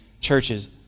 churches